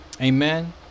Amen